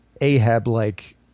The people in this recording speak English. Ahab-like